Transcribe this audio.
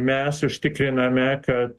mes užtikriname kad